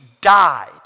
died